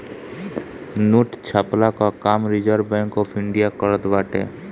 note छ्पला कअ काम रिजर्व बैंक ऑफ़ इंडिया करत बाटे